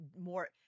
more